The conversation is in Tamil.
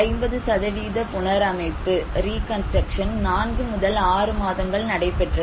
50 புனரமைப்பு நான்கு முதல் ஆறு மாதங்கள் நடைபெற்றது